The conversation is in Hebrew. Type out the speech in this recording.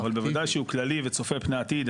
אבל בוודאי שהוא כללי וצופה פני עתיד.